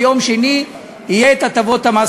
ביום שני יהיה הנושא של הטבות המס